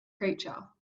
creature